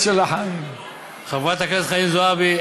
חברת הכנסת זועבי,